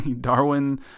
darwin